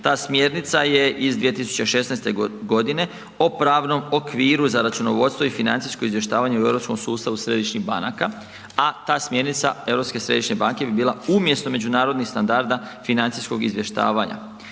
Ta smjernica je iz 2016. g. o pravnom okviru za računovodstvo i financijsko izvještavanje u europskom sustavu središnjih banaka a ta smjernica Europske središnje banke bi bila umjesto međunarodnih standarda financijskog izvještavanja.